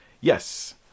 Yes